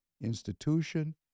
institution